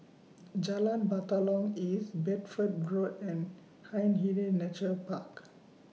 Jalan Batalong East Bedford Road and Hindhede Nature Park